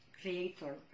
creator